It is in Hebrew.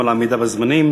גם על העמידה בזמנים.